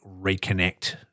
reconnect